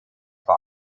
vor